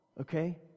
okay